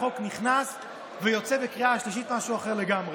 חוק נכנס ויוצא בקריאה השלישית משהו אחר לגמרי.